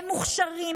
הם מוכשרים,